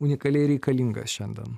unikaliai reikalingas šiandien